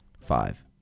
five